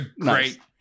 great